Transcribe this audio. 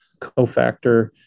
cofactor